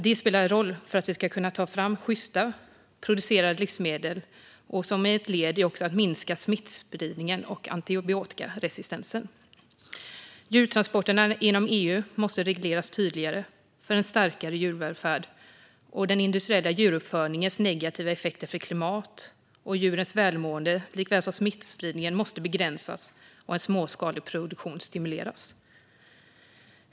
Det spelar roll för att vi ska kunna ta fram sjyst producerade livsmedel och som ett led i att minska smittspridningen och antibiotikaresistensen. Djurtransporterna inom EU måste regleras tydligare för en starkare djurvälfärd. Den industriella djuruppfödningens negativa effekter för klimat, djurs välmående och smittspridning måste begränsas och småskalig produktion stimuleras.